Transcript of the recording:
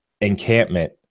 encampment